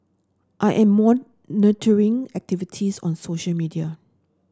I am monitoring activities on social media